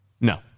No